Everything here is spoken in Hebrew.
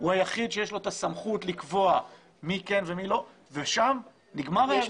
הוא היחיד שיש לו את הסמכות לקבוע מי כן ומי לא ושם נגמר האירוע.